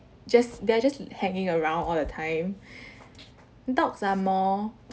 just they're just hanging around all the time dogs are more